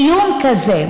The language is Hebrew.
איום כזה.